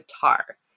guitar